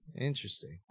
Interesting